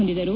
ಹೊಂದಿದರು